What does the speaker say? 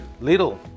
little